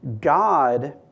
God